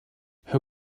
her